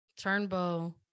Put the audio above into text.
Turnbow